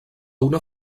una